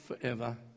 forever